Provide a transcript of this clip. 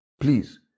please